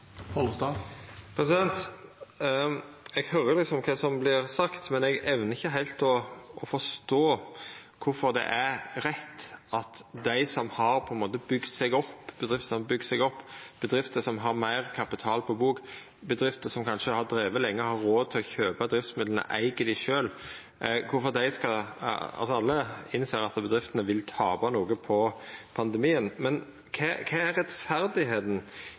Eg høyrer kva som vert sagt, men eg evnar ikkje heilt å forstå korfor det er rett at dei som på ein måte har bygd seg opp, bedrifter som har bygd seg opp, bedrifter som har meir kapital på bok, bedrifter som kanskje har drive lenge og har råd til å kjøpa driftsmidla og eiga dei sjølve, skal betala ein større andel. Alle innser at bedriftene vil tapa noko på pandemien, men kva er